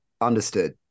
understood